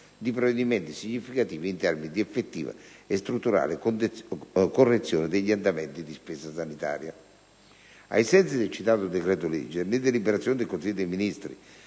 di provvedimenti significativi in termini di effettiva e strutturale correzione degli andamenti di spesa sanitaria. Ai sensi del citato decreto-legge, le deliberazioni del Consiglio dei ministri